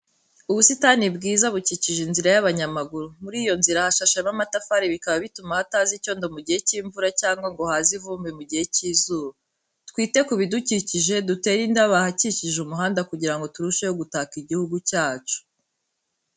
Ubusitani bwiza bukikije inzira y'abanyamaguru, muri iyo nzira hashashemo amatafari bikaba bituma hataza icyondo mu gihe cy'imvura cyangwa ngo haze ivumbi mu gihe cy'izuba. Twite ku bidukikije, dutere indabo ahakikije umuhanda kugira ngo turusheho gutaka igihugu cyacu.